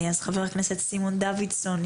חבר הכנסת סימון דוידסון,